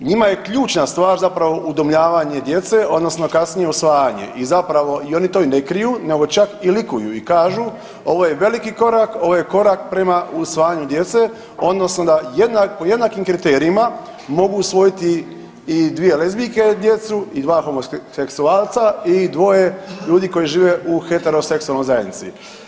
Njima je ključna stvar zapravo udomljavanje djece odnosno kasnije usvajanje i zapravo i oni to i ne kriju nego čak i likuju i kažu ovo je veliki korak, ovo je korak prema usvajanju djece odnosno da po jednakim kriterijima mogu usvojiti i dvije lezbijke djecu i dva homoseksualca i dvoje ljudi koji žive u heteroseksualnoj zajednici.